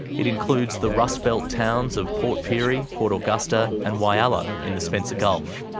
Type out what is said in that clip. it includes the rustbelt towns of port pirie, port augusta and whyalla in the spencer gulf.